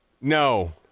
No